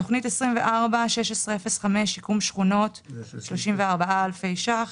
תוכנית 241605 שיקום שכונות, 34,000 שקלים: